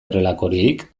horrelakorik